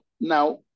now